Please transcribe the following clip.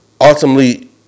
ultimately